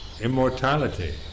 immortality